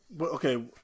Okay